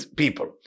people